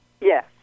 Yes